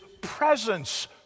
presence